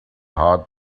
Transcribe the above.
heart